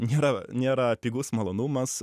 nėra nėra pigus malonumas